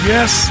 Yes